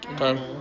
Okay